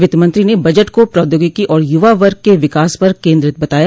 वित्तमंत्री ने बजट को प्रौद्योगिकी और यूवा वर्ग के विकास पर केंद्रित बताया